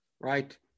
right